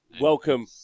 welcome